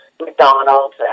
McDonald's